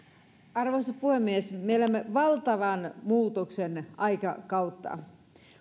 arvoisa puhemies me elämme valtavan muutoksen aikakautta